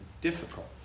difficult